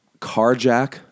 carjack